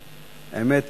אדוני, שלוש דקות.